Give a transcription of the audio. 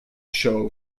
show